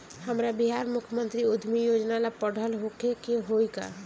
हमरा बिहार मुख्यमंत्री उद्यमी योजना ला पढ़ल होखे के होई का?